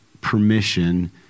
permission